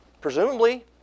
presumably